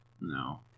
No